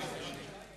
לממשלה יש אומץ.